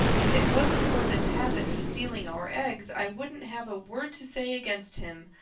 if it wasn't for this habit of stealing our eggs i wouldn't have a word to say against him,